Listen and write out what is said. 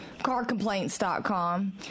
CarComplaints.com